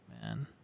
man